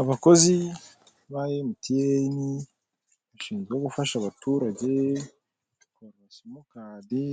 Abakozi ba MTN bashinzwe gufasha abaturage kubarura simukadi